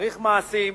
צריך מעשים.